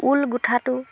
ঊল গোঁঠাটো